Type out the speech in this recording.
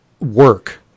work